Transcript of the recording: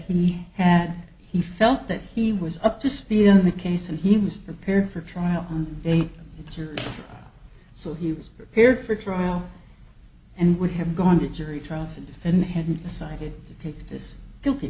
he had he felt that he was up to speed in the case and he was prepared for trial on a jury so he was prepared for trial and would have gone to a jury trial for the defendant hadn't decided to take this guilty